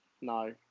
no